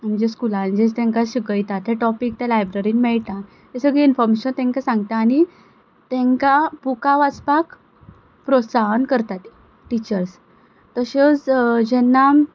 म्हणजे स्कुलान जे तांकां शिकयतात ते टॉपीक ते लायब्ररीन मेळटा ते सगले इनफोरमेशन तेंकां सांगता आनी तांकां बुकां वाचपाक प्रोत्साहन करतात टिचर्स तश्योच जेन्ना